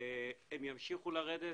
הם גם ימשיכו לרדת,